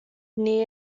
near